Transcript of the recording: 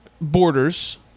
borders